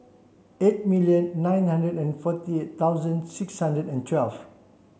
eight million nine hundred and forty eight thousand six hundred and twelve